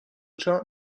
ciò